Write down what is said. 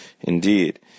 Indeed